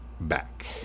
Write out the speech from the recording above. back